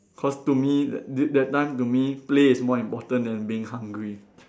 cause to me that d~ that time to me play is more important than being hungry